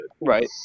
Right